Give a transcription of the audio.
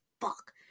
fuck